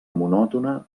monòtona